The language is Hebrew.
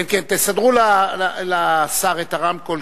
כן, כן, תסדרו לשר את הרמקול.